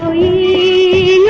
e